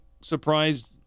surprised